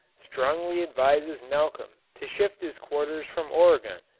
strongly advises malcolm to shift his quarters from oregon,